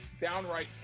downright